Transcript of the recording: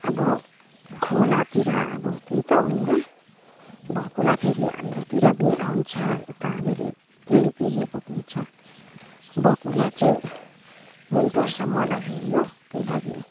अब खोलातिर अब त्यही त हो नि बकुल्ला फेरि हाम्रोतिर पनि आउँछ यता हामीले पुरै देखेको पनि छ बकुल्ला चाहिँ मन पर्छ मलाई फेरि हो त्यही लागि